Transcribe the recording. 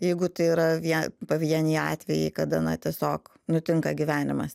jeigu tai yra vie pavieniai atvejai kada na tiesiog nutinka gyvenimas